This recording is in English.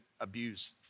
abuse